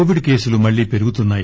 Covid కేసులు మళ్లీ పెరుగుతున్సాయి